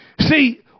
See